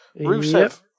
Rusev